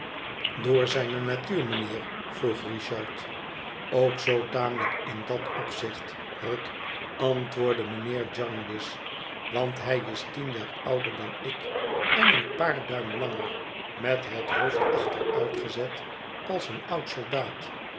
door zijne natuur mijnheer vroeg richard ook zoo tamelijk in dat opzicht rick antwoordde mijnheer jarndyce want hij is tien jaar ouder dan ik en een paar duim langer met het hoofd achteruitgezet als een oud soldaat